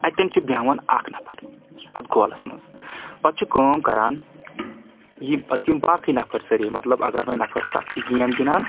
تہٕ اتؠن چھُ بیٚہوان اکھ نَفَر اتھ گولس منٛز پتہٕ چھُ کٲم کران یِم پتہٕ یِم باقٕے نفر سٲری مطلب اگر وَنۍ نفر ستھ چھِ گیم گِنٛدان